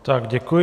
Tak děkuji.